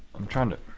i'm trying to,